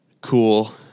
cool